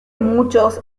muchos